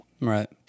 Right